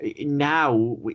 now